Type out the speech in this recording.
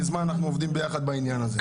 ממזמן אנחנו עובדים ביחד בעניין הזה.